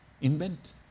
invent